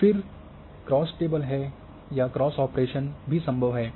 और फिर cross table हैं या क्रॉस ऑपरेशन भी संभव है